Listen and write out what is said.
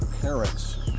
parents